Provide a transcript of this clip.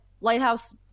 Lighthouse